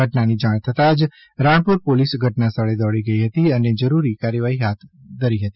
ઘટનાની જાણ થતાં જ રાણપુર પોલીસ ઘટના સ્થળે દોડી ગઈ હતી અને જરૂરી કાર્યવાહી હાથ ધરવામાં આવી છે